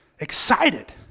excited